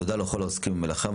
תודה לכל העוסקים במלאכה.